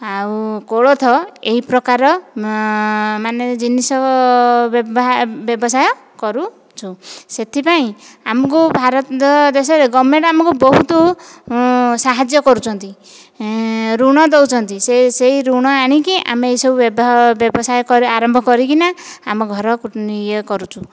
ଆଉ କୋଳଥ ଏହିପ୍ରକାର ମାନେ ଜିନିଷ ବ୍ୟଭା ବ୍ୟବସାୟ କରୁଛୁ ସେଥିପାଇଁ ଆମକୁ ଭାରତ ଦେଶରେ ଗଭର୍ଣ୍ଣମେଣ୍ଟ୍ ଆମକୁ ବହୁତ ସାହାଯ୍ୟ କରୁଛନ୍ତି ଋଣ ଦେଉଛନ୍ତି ସେ ସେଇ ଋଣ ଆଣିକି ଆମେ ଏଇସବୁ ବ୍ୟଭ ବ୍ୟବସାୟ ଆରମ୍ଭ କରିକିନା ଆମ ଘର ଇଏ କରୁଛୁ